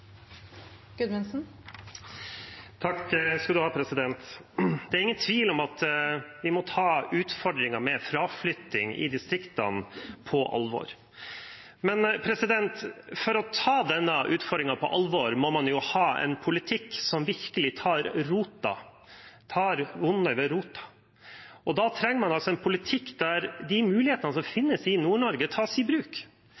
Det er ingen tvil om at vi må ta utfordringen med fraflytting fra distriktene på alvor. Men for å ta denne utfordringen på alvor må man ha en politikk som virkelig tar det onde ved roten, og da trenger man en politikk der de mulighetene som